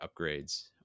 upgrades